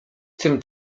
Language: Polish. tym